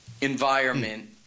environment